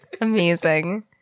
Amazing